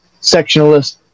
sectionalist